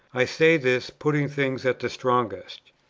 i say this, putting things at the strongest.